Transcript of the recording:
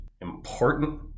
important